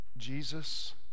Jesus